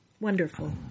Wonderful